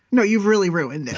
no, you've really ruined